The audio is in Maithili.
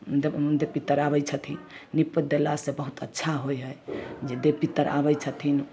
देव देव पितर आबै छथिन नीपि पोति देलासँ बहुत अच्छा होइ हइ जे देव पितर आबै छथिन